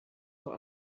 vor